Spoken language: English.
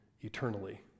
eternally